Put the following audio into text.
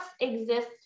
exist